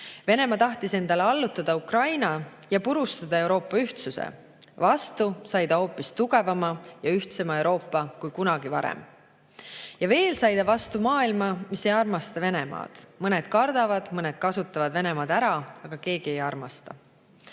Venemaa tahtis endale allutada Ukraina ja purustada Euroopa ühtsuse. Vastu sai ta hoopis tugevama ja ühtsema Euroopa kui kunagi varem. Ja veel sai ta vastu maailma, kus keegi ei armasta Venemaad. Mõned kardavad, mõned kasutavad Venemaad ära, aga keegi ei armasta. Austatud